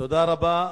תודה רבה.